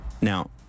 Now